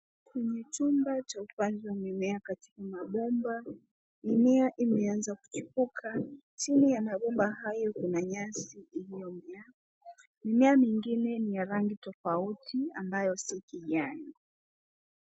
Ni chumba cha upanzi wa mimea katika mabomba. Mimea imeanza kuchipuka. Chini ya mabomba hayo kuna nyasi imemea. Mimea mingine ni ya rangi tofauti ambayo si kijani.